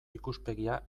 ikuspegia